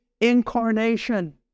incarnation